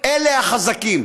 אלה החזקים.